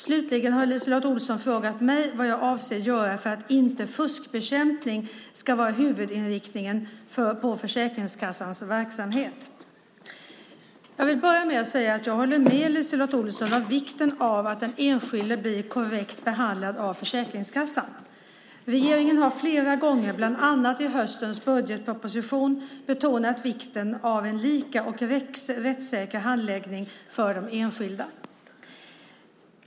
Slutligen har LiseLotte Olsson frågat mig vad jag avser att göra för att inte fuskbekämpning ska vara huvudinriktningen i Försäkringskassans verksamhet. Jag vill börja med att säga att jag håller med LiseLotte Olsson om vikten av att den enskilde blir korrekt behandlad av Försäkringskassan. Regeringen har flera gånger, bland annat i höstens budgetproposition, betonat vikten av en lika och rättssäker handläggning för den enskilde.